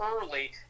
early